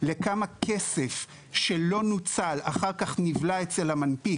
כמה כסף לא נוצל ואחר-כך נבלע אצל המנפיק,